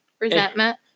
resentment